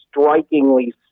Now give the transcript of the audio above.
strikingly